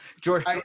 George